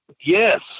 Yes